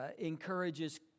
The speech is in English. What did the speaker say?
encourages